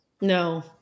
No